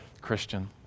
Christian